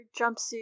jumpsuit